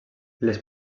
les